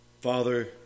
Father